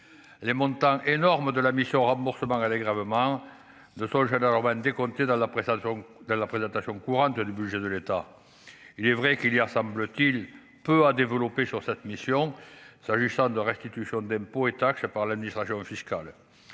les montants énormes de la mission remboursements elle gravement de son jardin Roman décompté dans la presse à de la présentation courante courant de du budget de l'État, il est vrai qu'il y a semble-t-il peu à développer sur cette mission s'agissant de restitution d'impôts et taxes par l'administration fiscale,